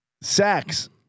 sacks